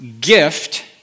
gift